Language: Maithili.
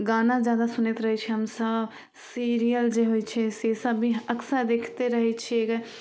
गाना जादा सुनैत रहै छिए हमसभ सीरियल जे होइ छै से सब भी अक्सर देखिते रहै छिए गऽ